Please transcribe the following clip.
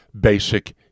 basic